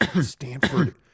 Stanford